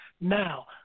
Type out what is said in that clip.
Now